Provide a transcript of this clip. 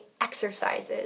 exercises